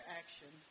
action